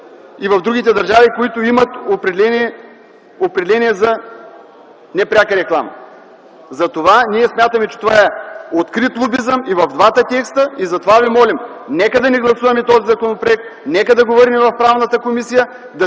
и в другите държави, които имат определение за „Непряка реклама”. Затова ние смятаме, че това е открит лобизъм и в двата текста и затова ви молим: нека да не гласуваме този законопроект. Нека да го върнем в Правната комисия,